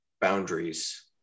boundaries